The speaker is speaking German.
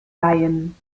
leihen